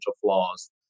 flaws